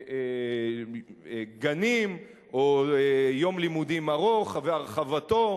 גנים או יום לימודים ארוך והרחבתו,